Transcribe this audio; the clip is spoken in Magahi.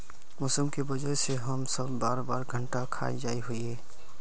मौसम के वजह से हम सब बार बार घटा खा जाए हीये?